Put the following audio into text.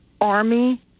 army